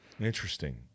Interesting